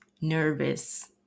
nervous